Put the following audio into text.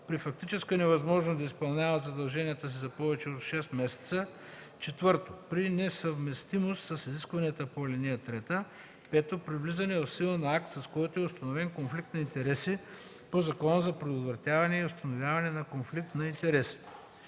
при фактическа невъзможност да изпълнява задълженията си за повече от 6 месеца; 4. при несъвместимост с изискванията по ал. 3; 5. при влизане в сила на акт, с който е установен конфликт на интереси по Закона за предотвратяване и установяване на конфликт на интереси.